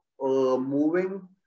moving